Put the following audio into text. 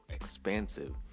expansive